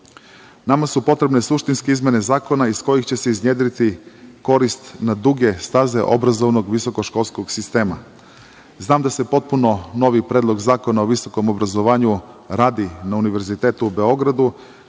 su potrebne suštinske izmene zakona iz kojih će se iznedriti korist na duge staze obrazovnog visokoškolskog sistema. Znam da se potpuno novi Predlog zakona o visokom obrazovanju radi na Univerzitetu u Beogradu,